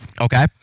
Okay